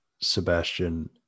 Sebastian